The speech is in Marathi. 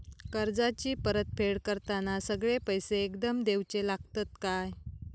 कर्जाची परत फेड करताना सगळे पैसे एकदम देवचे लागतत काय?